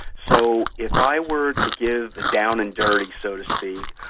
so if i were to give a down and dirty, so to speak,